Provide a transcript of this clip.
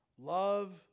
love